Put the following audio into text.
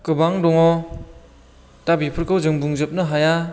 गोबां दङ दा बेफोरखौ जों बुंजोबनो हाया